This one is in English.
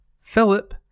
Philip